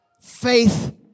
faith